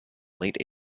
late